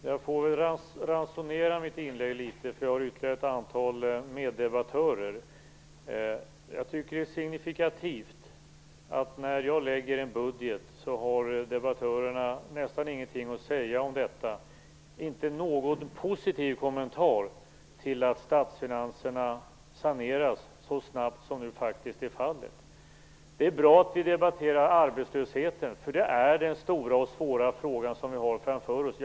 Fru talman! Jag får ransonera mitt inlägg litet, eftersom jag har ytterligare ett antal meddebattörer. Jag tycker det är signifikativt att när jag lägger fram en budget har debattörerna nästan ingenting att säga, inte någon positiv kommentar, om att statsfinanserna saneras så snabbt som nu faktiskt är fallet. Det är bra att vi debatterar arbetslösheten, för det är den stora och svåra fråga som vi har framför oss.